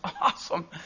awesome